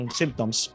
symptoms